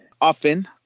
often